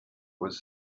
was